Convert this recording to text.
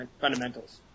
fundamentals